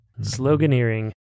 Sloganeering